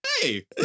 hey